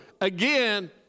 again